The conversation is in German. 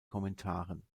kommentaren